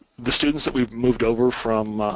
the students that we've moved over from